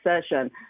session